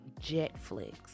JetFlix